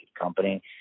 company